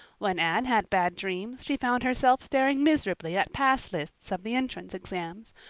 when anne had bad dreams she found herself staring miserably at pass lists of the entrance exams,